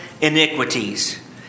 iniquities